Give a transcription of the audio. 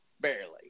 barely